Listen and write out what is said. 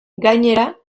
gainera